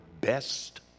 best